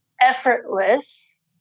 effortless